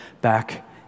back